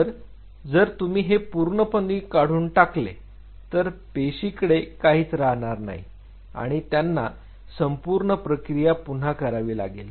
तर जर तुम्ही हे पूर्णपणे काढून टाकले तर पेशीकडे काहीच राहणार नाही आणि त्यांना संपूर्ण प्रक्रिया पुन्हा करावी लागेल